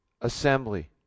assembly